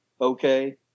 Okay